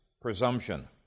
presumption